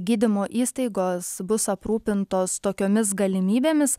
gydymo įstaigos bus aprūpintos tokiomis galimybėmis